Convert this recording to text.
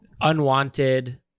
Unwanted